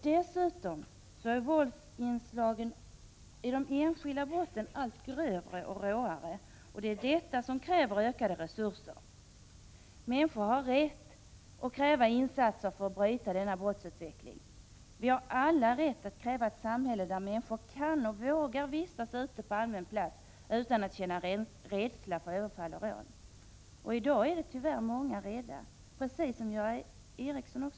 Dessutom blir våldsinslagen i de enskilda brotten allt grövre och råare. Därför behövs det ökade resurser. Människor har rätt att kräva insatser för att denna brottsutveckling skall kunna brytas. Alla har vi rätt att kräva ett samhälle där människor kan och vågar vistas på allmän plats utan att behöva vara rädda för överfall och rån. Tyvärr är det så, att många människor i dag är rädda — precis som Göran Ericsson sade.